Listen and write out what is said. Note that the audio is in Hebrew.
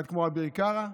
אחד כמו אביר קארה.